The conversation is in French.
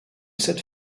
cette